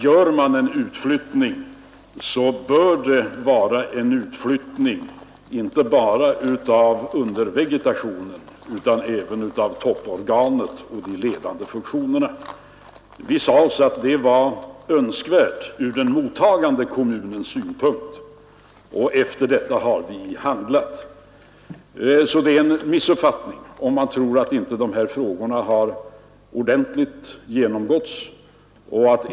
Gör man en utflyttning, så bör det vara en utflyttning inte bara av ”undervegetationen” utan även av topporganet och de ledande funktionerna. Vi sade oss att det var önskvärt ur den mottagande kommunens synpunkt, och efter detta har vi handlat. Så det är en missuppfattning, om någon tror att dessa frågor inte har ordentligt genomgåtts.